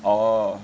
oh